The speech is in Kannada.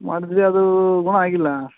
ಮಾಡಿದ್ದಿವಿ ಅದೂ ಗುಣ ಆಗಿಲ್ಲ